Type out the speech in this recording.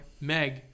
Meg